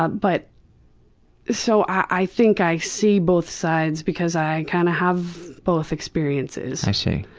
ah but so i think i see both sides because i kind of have both experiences i see.